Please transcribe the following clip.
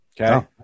Okay